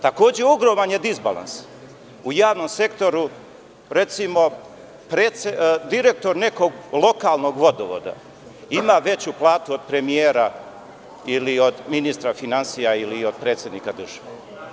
Takođe, ogroman je disbalans u javnom sektoru, recimo, direktor jednog lokalnog vodovoda ima veću platu od premijera ili od ministra finansija ili od predsednika države.